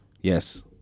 Yes